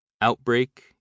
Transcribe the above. Outbreak